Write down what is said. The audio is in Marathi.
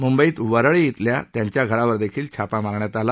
मुंबईत वरळी खेल्या त्याच्या घरावर देखील छापा मारण्यात आला